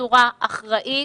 בצורה אחראית,